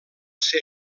ser